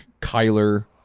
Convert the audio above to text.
Kyler